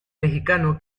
mexicano